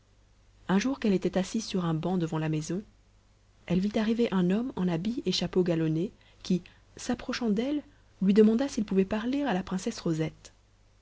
un jour qu'elle était assise sur un banc devant la maison elle vit arriver un homme en habit et chapeau galonnés qui s'approchant d'elle lui demanda s'il pouvait parler à la princesse rosette